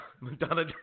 Madonna